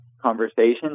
conversations